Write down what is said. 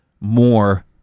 more